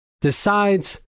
decides